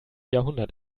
jahrhundert